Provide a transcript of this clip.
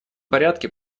порядке